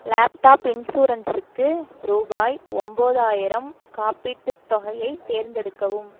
laptop இன்சூரன்ஸுக்கு ரூபாய் ஒம்பதாயிரம் காப்பீட்டுத் தொகையை தேர்ந்தெடுக்கவும்